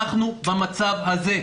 אנחנו במצב הזה,